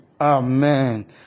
Amen